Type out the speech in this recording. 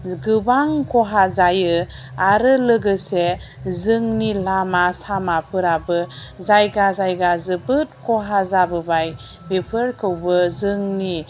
गोबां खहा जायो आरो लोगोसे जोंनि लामा सामाफोराबो जायगा जायगा जोबोद खहा जाबोबाय बेफोरखौबो जोंनि